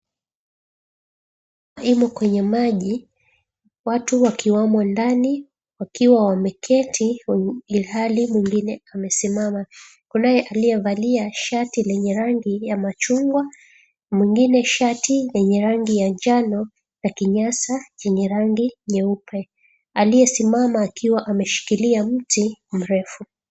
Imo kwenye maji watu wakiwamo ndani wakiwa wameketi ilhali mwingine amesimama. Kunaye aliyevalia shati lenye rangi ya machungwa, mwingine shati lenye rangi ya njano na kinyasa chenye rangi nyeupe, aliyesimama akiwa ameshikilia mti mrefu.